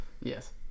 Yes